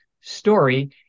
story